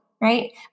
right